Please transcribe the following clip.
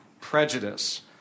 prejudice